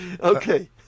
Okay